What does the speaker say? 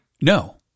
no